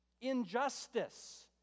Injustice